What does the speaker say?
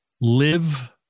live